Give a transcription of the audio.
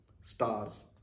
stars